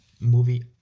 movie